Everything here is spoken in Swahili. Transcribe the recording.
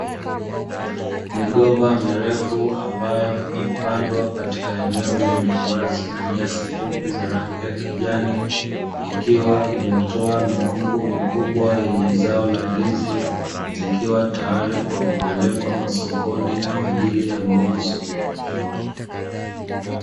Migomba mirefu ambayo imepandwa katika eneo lenye uwazi na nyasi fupi na rangi za kijani. Ikiwa imetoa mikungu mikubwa yenye zao la ndizi zikiwa tayari kwa kupelekwa masokoni kwaajili ya mauzo.